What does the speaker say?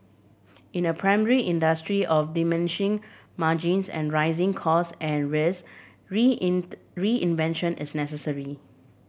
in a primary industry of diminishing margins and rising cost and risk reinvention is necessary